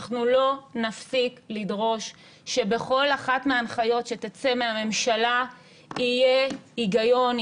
אנחנו לא נפסיק לדרוש שבכל אחת מההנחיות שתצא מהממשלה יהיה היגיון,